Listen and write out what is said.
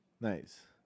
Nice